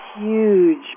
huge